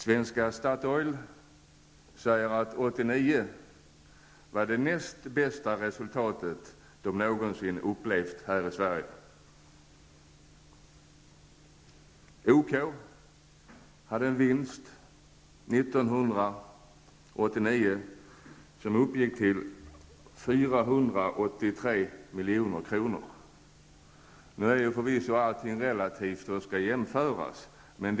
Svenska Statoil säger att man år 1989 hade det näst bästa resultat som man någonsin upplevt här i Sverige. 483 milj.kr. Allting är förvisso relativt.